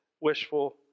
wishful